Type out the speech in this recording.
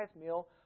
meal